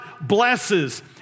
blesses